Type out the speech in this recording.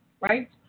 Right